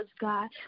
God